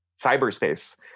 cyberspace